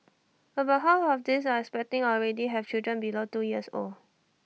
about half of these are expecting already have children below two years old